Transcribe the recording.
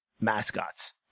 mascots